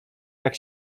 jak